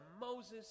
Moses